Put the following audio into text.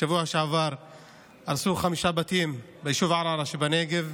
בשבוע שעבר הרסו חמישה בתים ביישוב ערערה שבנגב.